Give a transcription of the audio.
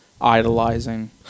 idolizing